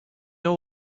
know